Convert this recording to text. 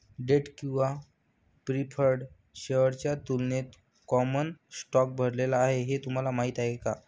Date किंवा preferred शेअर्सच्या तुलनेत कॉमन स्टॉक भरलेला आहे हे तुम्हाला माहीत आहे का?